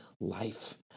life